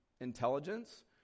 intelligence